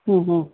ಹ್ಞೂ ಹ್ಞೂ